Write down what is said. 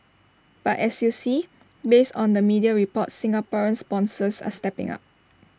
but as you see based on the media reports Singaporean sponsors are stepping up